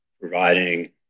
providing